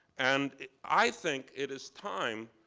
and i think it is time,